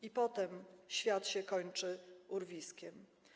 I potem świat się kończy urwiskiem”